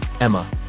Emma